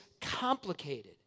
complicated